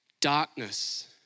darkness